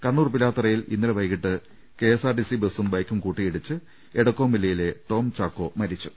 കണ്ണൂർ പിലാത്തറയിൽ ഇന്നലെ വ്വൈകിട്ട് K S R T C ബസും ബൈക്കും കൂട്ടിയിടിച്ച് എടക്കോംവില്ലയിലെ ടോം ചാക്കോ മരിച്ചു